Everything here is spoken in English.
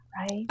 Right